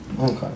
okay